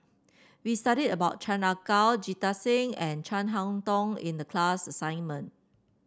we studied about Chan Ah Kow Jita Singh and Chin Harn Tong in the class assignment